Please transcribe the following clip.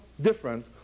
different